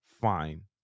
fine